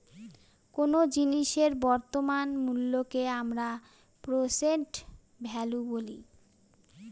কোন জিনিসের বর্তমান মুল্যকে আমরা প্রেসেন্ট ভ্যালু বলি